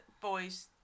boys